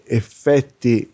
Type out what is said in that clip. effetti